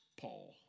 Paul